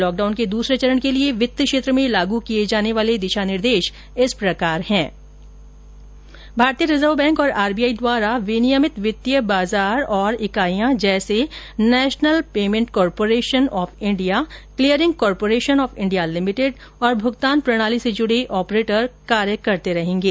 lockdown के दूसरे चरण के लिए वित क्षेत्र में लागू किए जाने वाले दिशा निर्देश इस प्रकार होंगे भारतीय रिजर्व बैंक और आर बी आई द्वारा विनियमित वित्तीय बाजार और इकाईयां जैसे national payment corporation of India clearing corporation of India limited और भुगतान प्रणाली से जुड़े अहृपरेटर कार्य करते रहेंगे